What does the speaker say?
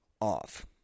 off